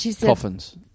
Coffins